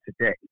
today